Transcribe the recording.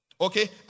Okay